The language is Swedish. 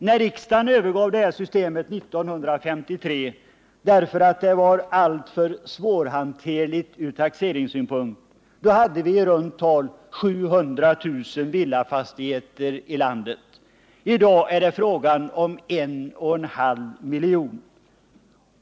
När riksdagen 1953 övergav det här systemet, för att det var alltför svårhanterligt från taxeringssynpunkt hade vi i runt tal 700 000 villafastigheter i landet. I dag är det fråga om 1 500 000.